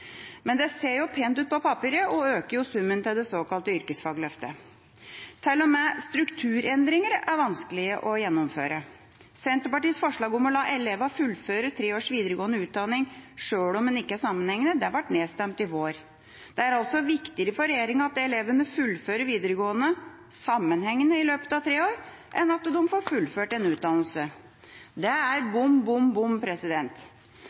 Men det ser jo pent ut på papiret og øker summen til det såkalte yrkesfagløftet. Til og med strukturendringer er vanskelig å gjennomføre. Senterpartiets forslag om å la elevene fullføre tre års videregående utdanning sjøl om den ikke er sammenhengende, ble nedstemt i vår. Det er altså viktigere for regjeringa at elevene fullfører videregående skole sammenhengende i løpet av tre år, enn at de får fullført en utdannelse. Det er bom, bom, bom.